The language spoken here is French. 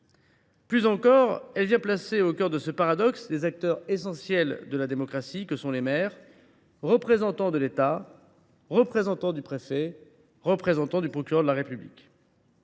Plus encore, elle vient placer, au cœur de ce paradoxe, les acteurs essentiels de la démocratie que sont les maires, représentants de l’État, représentants du préfet, représentants du procureur de la République.